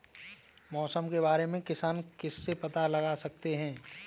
मौसम के बारे में किसान किससे पता लगा सकते हैं?